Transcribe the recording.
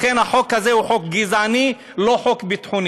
לכן, החוק הזה הוא חוק גזעני, לא חוק ביטחוני.